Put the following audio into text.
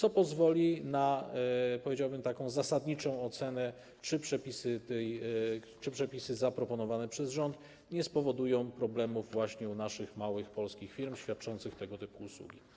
To pozwoli na, powiedziałbym, taką zasadniczą ocenę, czy przepisy zaproponowane przez rząd nie spowodują problemów właśnie w naszych małych polskich firmach świadczących tego typu usługi.